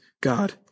God